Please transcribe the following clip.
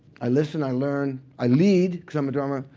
i listen. i learn. i lead, because i'm a drummer.